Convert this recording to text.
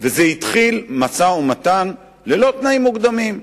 והתחיל משא-ומתן ללא תנאים מוקדמים.